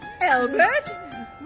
Albert